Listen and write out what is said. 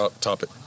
topic